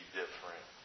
different